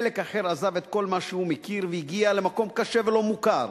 חלק אחר עזב את כל מה שהוא מכיר והגיע למקום קשה ולא מוכר,